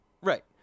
Right